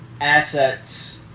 assets